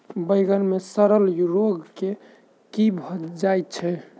बइगन मे सड़न रोग केँ कीए भऽ जाय छै?